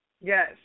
yes